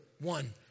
one